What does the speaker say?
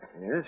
Yes